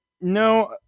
no